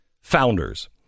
founders